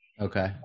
Okay